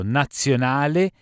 nazionale